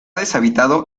deshabitado